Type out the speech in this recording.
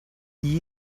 gli